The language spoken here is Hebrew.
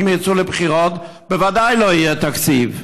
ואם יצאו לבחירות, בוודאי לא יהיה תקציב.